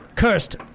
Cursed